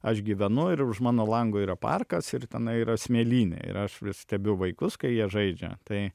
aš gyvenu ir už mano lango yra parkas ir tenai yra smėlynė ir aš vis stebiu vaikus kai jie žaidžia tai